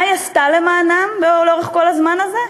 מה היא עשתה למענם לאורך כל הזמן הזה?